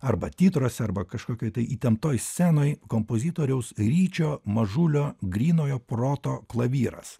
arba titruose arba kažkokioj tai įtemptoje scenoje kompozitoriaus ryčio mažulio grynojo proto klavyras